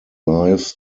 lives